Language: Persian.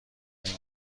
یاد